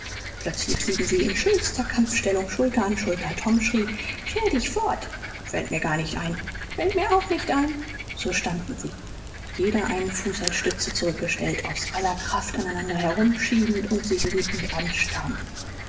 plötzlich liegen sie in schönster kampfstellung schulter an schulter tom schrie scher dich fort fällt mir gar nicht ein fällt mir auch nicht ein so standen sie jeder einen fuß als stütze zurückgestellt aus aller kraft aneinander herumschiebend und sich wütend anstarrend